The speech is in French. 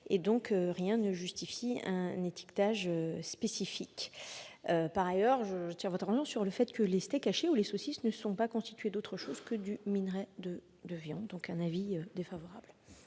graisse. Rien ne justifie donc un étiquetage spécifique. Par ailleurs, j'attire votre attention sur le fait que les steaks hachés ou les saucisses ne sont pas constitués d'autre chose que de minerai de viande. La commission est donc défavorable